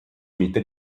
mitte